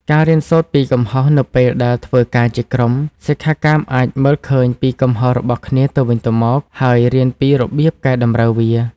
ការរៀនសូត្រពីកំហុស នៅពេលដែលធ្វើការជាក្រុម សិក្ខាកាមអាចមើលឃើញពីកំហុសរបស់គ្នាទៅវិញទៅមក ហើយរៀនពីរបៀបកែតម្រូវវា។